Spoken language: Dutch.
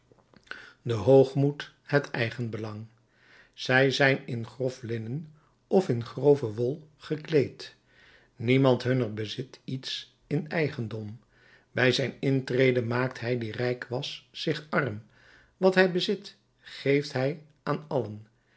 den hoogmoed het eigenbelang zij zijn in grof linnen of in grove wol gekleed niemand hunner bezit iets in eigendom bij zijn intrede maakt hij die rijk was zich arm wat hij bezit geeft hij aan allen